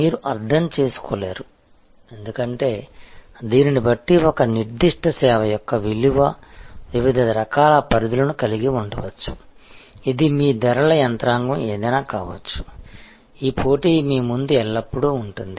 మీరు అర్థం చేసుకోలేరు ఎందుకంటే దీనిని బట్టి ఒక నిర్దిష్ట సేవ యొక్క విలువ వివిధ రకాల పరిధులను కలిగి ఉండవచ్చు ఇది మీ ధరల యంత్రాంగం ఏదైనా కావచ్చు ఈ పోటీ మీ ముందు ఎల్లప్పుడూ ఉంటుంది